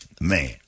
Man